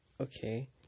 okay